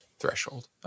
Threshold